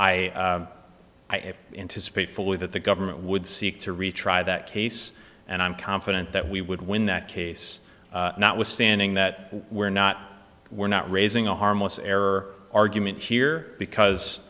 speak fully that the government would seek to retry that case and i'm confident that we would win that case notwithstanding that we're not we're not raising a harmless error argument here because